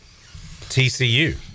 TCU